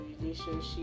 relationship